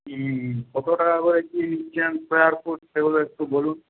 হুম কত টাকা করে কী নিচ্ছেন স্কোয়ার ফুট সেগুলো একটু বলুন